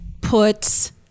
puts